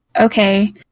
okay